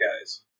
guys